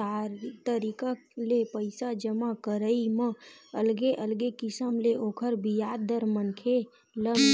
तरिका ले पइसा जमा करई म अलगे अलगे किसम ले ओखर बियाज दर मनखे ल मिलथे